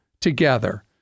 together